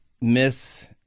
miss